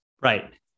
Right